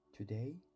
Today